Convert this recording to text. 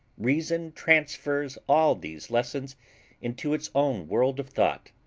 reason transfers all these lessons into its own world of thought,